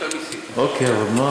אבל לא